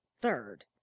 third